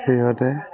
সিহঁতে